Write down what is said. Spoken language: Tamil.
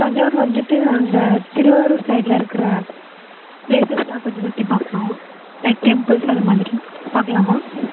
தஞ்சாவூர் வந்துவிட்டு அந்த திருவாரூர் சைடில் இருக்கிற பிளேசஸ்லாம் கொஞ்சம் சுற்றி பார்க்கணும் லைக் டெம்புள்ஸ் அதை மாதிரி பார்க்கலாமா